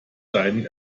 seinen